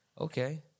Okay